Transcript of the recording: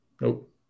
nope